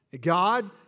God